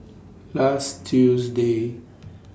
last Tuesday